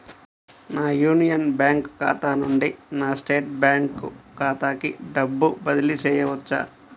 నా union bank ఖాతా నుండి నా స్టేట్ బ్యాంకు ఖాతాకి డబ్బు బదిలి చేయవచ్చా?